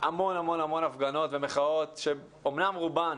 המון המון הפגנות ומחאות, שאמנם רובן